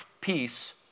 peace